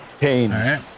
pain